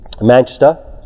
manchester